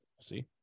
see